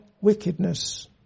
wickedness